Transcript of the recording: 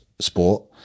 sport